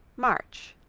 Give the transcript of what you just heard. march.